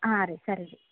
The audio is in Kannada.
ಹಾಂ ರೀ ಸರಿ ರೀ